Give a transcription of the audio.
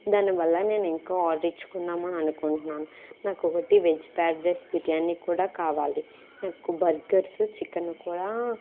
దాని వల్ల నేను ఇంకో ఆర్డర్ ఇచ్చుకుందామని అనుకుంటున్నాను నాకు ఒకటి వెజ్ ఫ్రైడ్ రైస్ బిర్యానీ కూడా కావాలి నాకు బర్గర్సు చికెన్ కూడా